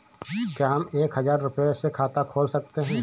क्या हम एक हजार रुपये से खाता खोल सकते हैं?